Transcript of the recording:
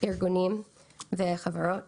ארגונים וחברות